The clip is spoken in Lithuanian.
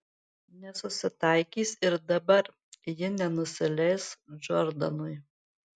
nesusitaikys ir dabar ji nenusileis džordanui